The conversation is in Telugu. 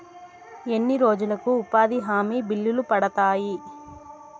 ఎన్ని రోజులకు ఉపాధి హామీ బిల్లులు పడతాయి?